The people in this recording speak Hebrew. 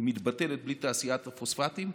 היא מתבטלת בלי תעשיית הפוספטים.